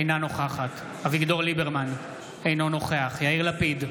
אינה נוכחת אביגדור ליברמן, אינו נוכח יאיר לפיד,